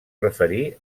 referir